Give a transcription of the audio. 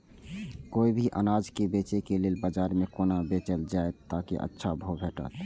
कोय भी अनाज के बेचै के लेल बाजार में कोना बेचल जाएत ताकि अच्छा भाव भेटत?